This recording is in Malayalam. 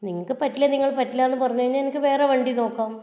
നിങ്ങൾക്ക് പറ്റില്ലേ നിങ്ങൾ പറ്റില്ലാന്ന് പറഞ്ഞ് കഴിഞ്ഞാൽ എനിയ്ക്ക് വേറെ വണ്ടി നോക്കാം